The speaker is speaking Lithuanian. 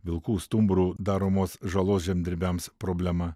vilkų stumbrų daromos žalos žemdirbiams problema